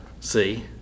see